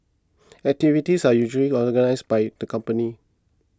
activities are usually organised by the companies